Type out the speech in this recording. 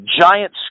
giant